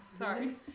sorry